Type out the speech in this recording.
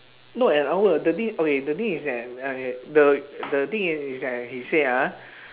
not an hour the thing okay the thing is that okay the the thing is is that he said ah